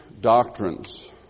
doctrines